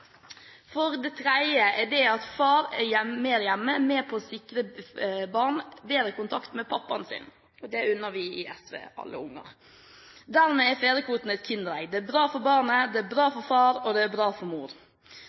For det tredje: Det at far er mer hjemme, er med på å sikre barn bedre kontakt med pappaen sin, og det unner vi i SV alle unger. Dermed er fedrekvoten et kinderegg: Det er bra for barnet, det er bra for far, og det er bra for mor.